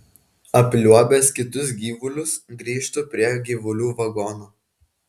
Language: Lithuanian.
apliuobęs kitus gyvulius grįžtu prie gyvulių vagono